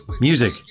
Music